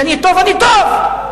כשאני טוב, אני טוב.